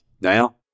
now